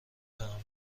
تحمل